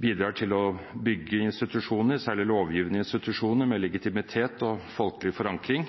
bidrar til å bygge institusjoner, særlig lovgivende institusjoner med legitimitet og folkeforankring,